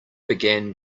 began